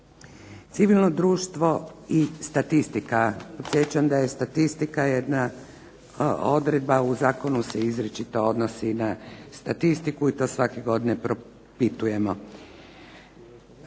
civilno društvo i statistika. Podsjećam da je statistika jedna odredba u zakonu se izričito odnosi na statistiku i to svake godine propitujemo.